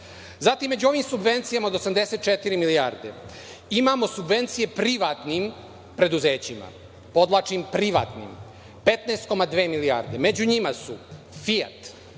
među ovim subvencijama od 94 milijarde imamo subvencije privatnim preduzećima, podvlačim privatnim, 15,2 milijarde. Među njima su „Fijat“,